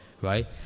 right